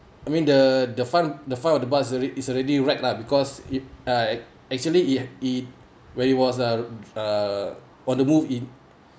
I mean the the front the front of the bus is rea~ is already wrecked lah because it uh ac~ actually it it when it was uh uh on the move in